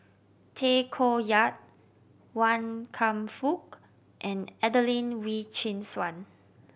Tay Koh Yat Wan Kam Fook and Adelene Wee Chin Suan